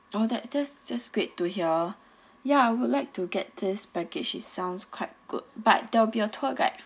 oh that that is just great to hear ya I would like to get this package it sounds quite good but there will be a tour guide